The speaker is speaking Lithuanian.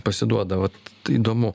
pasiduoda vat įdomu